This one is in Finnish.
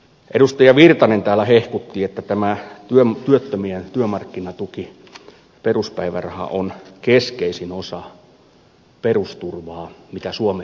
edustaja virtanen täällä hehkutti että tämä työttömien työmarkkinatuki peruspäiväraha on keskeisin osa perusturvaa mitä suomessa on